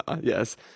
yes